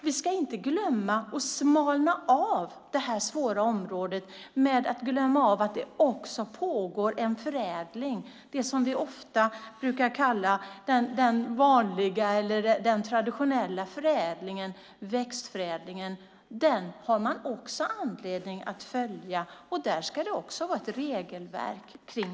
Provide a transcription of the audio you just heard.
Vi ska inte heller glömma att smalna av det här svåra området genom att förbise att det också pågår en förädling, det som vi ofta brukar kalla den vanliga eller traditionella förädlingen, växtförädlingen. Den har man också anledning att följa. Kring detta ska det också vara ett regelverk.